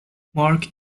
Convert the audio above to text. mark